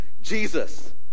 Jesus